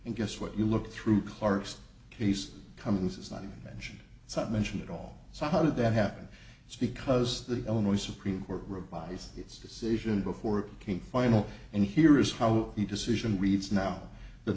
and guess what you look through clark's case coming this is not mentioned it's not mentioned at all so how did that happen it's because the illinois supreme court revised its decision before it became final and here is how the decision reads now the